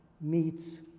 meets